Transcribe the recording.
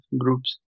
groups